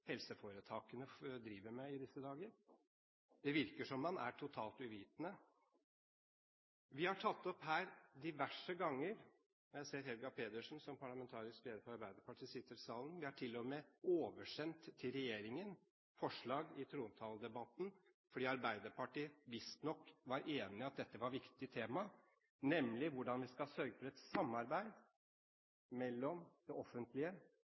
helseforetakene driver med i disse dager. Det virker som at man er totalt uvitende. Vi har diverse ganger tatt opp dette – jeg ser at Helga Pedersen, parlamentarisk leder for Arbeiderpartiet sitter i salen – og til og med oversendt til regjeringen forslag fremmet i trontaledebatten, fordi Arbeiderpartiet visstnok var enig i at dette var et viktig tema, nemlig hvordan vi skal sørge for et samarbeid mellom det offentlige